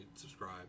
subscribe